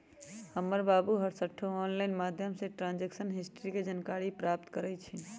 हमर बाबू हरसठ्ठो ऑनलाइन माध्यमें से ट्रांजैक्शन हिस्ट्री के जानकारी प्राप्त करइ छिन्ह